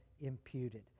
imputed